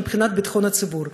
מבחינת ביטחון הציבור.